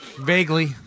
Vaguely